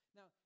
Now